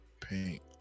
paint